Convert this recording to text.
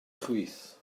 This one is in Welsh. chwith